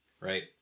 right